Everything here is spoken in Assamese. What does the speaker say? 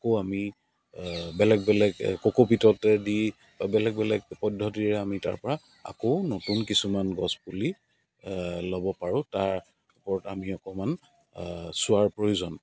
আকৌ আমি বেলেগ বেলেগ ককোপিটত দি বেলেগ বেলেগ পদ্ধতিৰে আমি তাৰ পৰা আকৌ নতুন কিছুমান গছপুলি ল'ব পাৰোঁ তাৰ ওপৰত আমি অকণমান চোৱাৰ প্ৰয়োজন